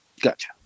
gotcha